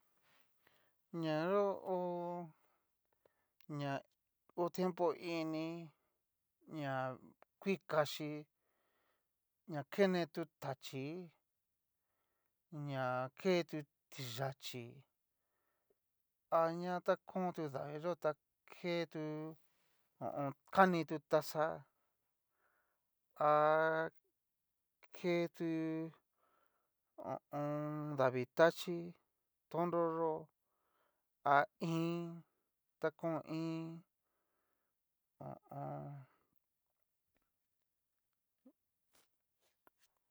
Ña yó hó ña hó tiempo ini, ña kui kaxíí, ña kene tu tachí'i, ña ke tu tixachí, aña ta kon tu daviiyó ta ketu ho o on, kani tu taxa ha. ke tu ho o on. davii taxhí tonnroyó a ín'i ta kon ín'i. ho o on.